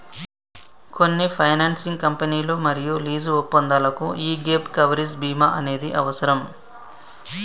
కొన్ని ఫైనాన్సింగ్ కంపెనీలు మరియు లీజు ఒప్పందాలకు యీ గ్యేప్ కవరేజ్ బీమా అనేది అవసరం